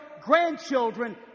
grandchildren